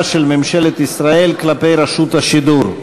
של ממשלת ישראל כלפי רשות השידור.